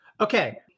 Okay